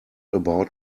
about